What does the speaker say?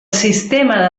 sistema